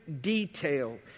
detail